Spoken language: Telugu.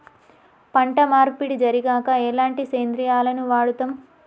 పంట మార్పిడి జరిగాక ఎలాంటి సేంద్రియాలను వాడుతం?